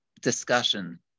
discussion